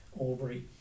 Albury